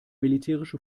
militärische